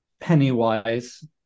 Pennywise